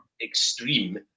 extreme